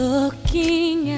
Looking